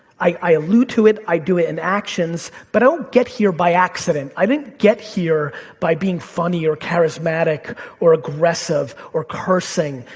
i i elude to it, i do it in actions, but i don't get here by accident, i didn't get here by being funny or charismatic or aggressive or cursing,